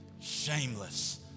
Shameless